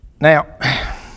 now